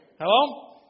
Hello